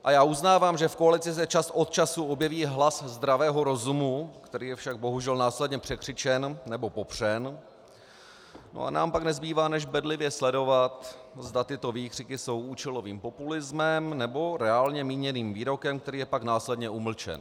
A já uznávám, že v koalici se čas od času objeví hlas zdravého rozumu, který je však bohužel následně překřičen nebo popřen, a nám pak nezbývá než bedlivě sledovat, zda tyto výkřiky jsou účelovým populismem, nebo reálně míněným výrokem, který je pak následně umlčen.